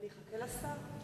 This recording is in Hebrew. אני אחכה לשר.